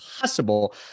possible